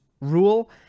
rule